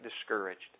discouraged